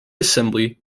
assembly